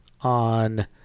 on